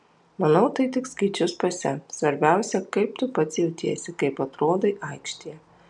manau tai tik skaičius pase svarbiausia kaip tu pats jautiesi kaip atrodai aikštėje